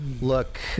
Look